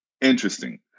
Interesting